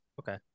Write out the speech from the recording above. Okay